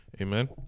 amen